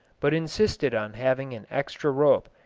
but insisted on having an extra rope,